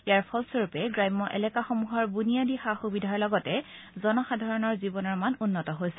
ইয়াৰ ফলস্বৰূপে গ্ৰাম্য এলেকাসমূহৰ বুনিয়াদী সা সুবিধাৰ লগতে জনসাধাৰণৰ জীৱনৰ মান উন্নত হৈছে